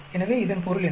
எனவே இதன் பொருள் என்ன